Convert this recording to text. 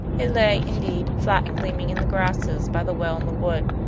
it lay, indeed, flat and gleaming in the grasses by the well in the wood,